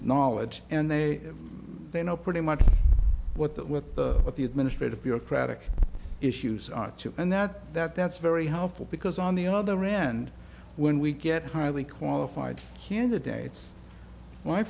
knowledge and they they know pretty much what that with what the administrative bureaucratic issues are too and that that that's very helpful because on the other hand when we get highly qualified candidates